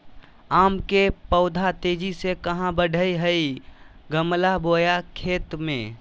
आम के पौधा तेजी से कहा बढ़य हैय गमला बोया खेत मे?